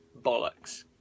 bollocks